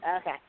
Okay